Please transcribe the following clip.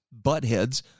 buttheads